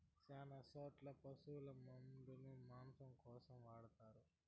శ్యాన చోట్ల పశుల మందను మాంసం కోసం వాడతారు